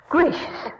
Gracious